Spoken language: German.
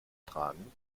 tragen